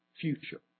future